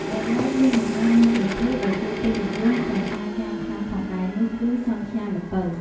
ដោយឡែកមានបង្អែមមួយប្រភេទដែលគេពេញនិយមក្នុងការញុាំខ្លាំងផងដែរនោះគឺ សង់ខ្យាល្ពៅ។